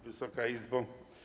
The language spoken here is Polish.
Wysoka Izbo!